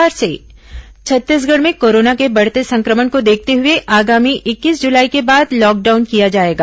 corona lockdown Chhattisgarh में corona के बढ़ते संक्रमण को देखते हुए आगामी इक्कीस जुलाई के बाद लॉकडाउन किया जाएगा